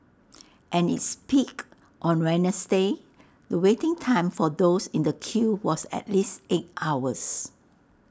and its peak on Wednesday the waiting time for those in the queue was at least eight hours